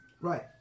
Right